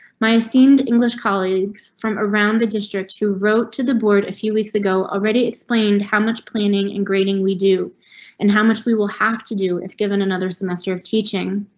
my esteemed english colleagues from around the district who wrote to the board a few weeks ago already explained how much planning and grading we do and how much we will have to do if given another semester of teaching.